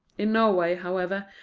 in norway, however,